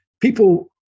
people